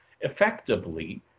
effectively